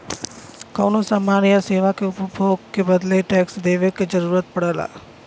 कउनो समान या सेवा के उपभोग के बदले टैक्स देवे क जरुरत पड़ला